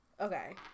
Okay